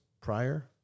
prior